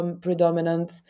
predominant